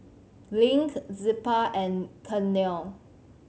Link Zilpah and Vernell